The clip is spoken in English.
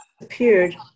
disappeared